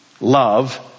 love